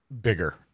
bigger